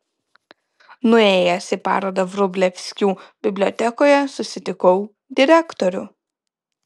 nuėjęs į parodą vrublevskių bibliotekoje susitikau direktorių